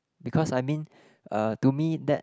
because I mean uh to me that